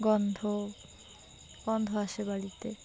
গন্ধ গন্ধ আসে বাড়িতে